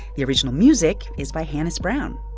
the original music is by hannis brown.